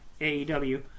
AEW